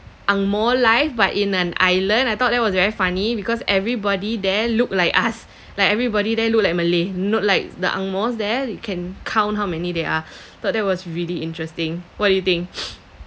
ang moh life but in an island I thought that was very funny because everybody there look like us like everybody there look like malay not like the ang mohs there you can count how many they are thought that was really interesting what do you think